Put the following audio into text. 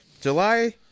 July